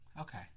Okay